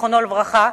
זכרו לברכה,